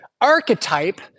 Archetype